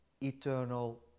eternal